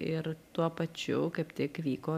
ir tuo pačiu kaip tik vyko